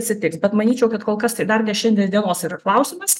atsitiks bet manyčiau kad kol kas tai dar ne šiandien dienos yra klausimas